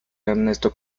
ernesto